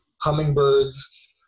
hummingbirds